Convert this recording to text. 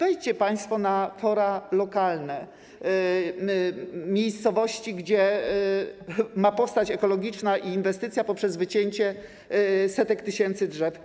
Wejdźcie państwo na fora lokalne miejscowości, gdzie ma powstać ekologiczna inwestycja poprzez wycięcie setek tysięcy drzew.